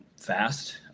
fast